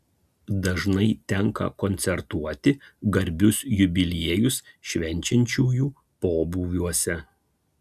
dažnai tenka koncertuoti garbius jubiliejus švenčiančiųjų pobūviuose